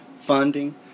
funding